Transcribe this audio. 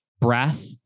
breath